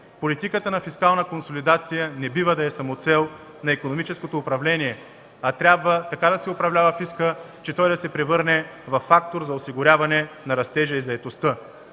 политиката на фискална консолидация не бива да е самоцел на икономическото управление, а трябва така да се управлява фискът, че той да се превърне във фактор за осигуряване на растежа и заетостта.